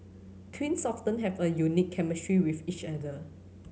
twins often have a unique chemistry with each other